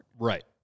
Right